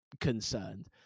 concerned